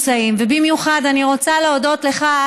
ובמיוחד אני רוצה להודות לך,